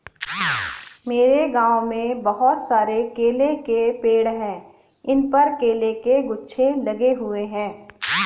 मेरे गांव में बहुत सारे केले के पेड़ हैं इन पर केले के गुच्छे लगे हुए हैं